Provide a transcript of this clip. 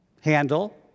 handle